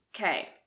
Okay